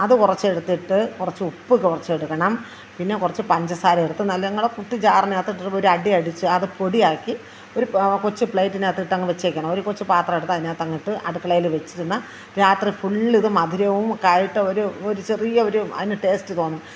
അത് കുറച്ച് എടുത്തിട്ട് കുറച്ച് ഉപ്പ് കുറച്ച് എടുക്കണം പിന്നെ കുറച്ച് പഞ്ചസാര ചേർത്ത് നല്ല ഞങ്ങളുടെ കുട്ടി ജാറിനകത്ത് ഇട്ടിട്ട് ഒരു അടി അടിച്ച് അത് പൊടിയാക്കി ഒരു കൊച്ചു പ്ലേറ്റിനകത്ത് ഇട്ട് അങ്ങ് വെച്ചേക്കണം ഒരു കൊച്ചു പാത്രം എടുത്ത് അതിനകത്തിട്ട് അടുക്കളയിൽ വെച്ചിരുന്ന രാത്രി ഫുൾ ഇത് മധുരവും ഒക്കെ ആയിട്ട് ഒരു ഒരു ചെറിയൊരു അതിന് ടേസ്റ്റ് തോന്നും